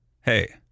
hey